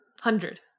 Hundred